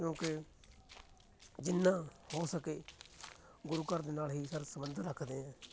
ਕਿਉਂਕਿ ਜਿੰਨਾਂ ਹੋ ਸਕੇ ਗੁਰੂ ਘਰ ਦੇ ਨਾਲ ਹੀ ਸਰ ਸੰਬੰਧ ਰੱਖਦੇ ਐਂ